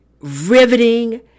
riveting